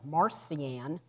Marcian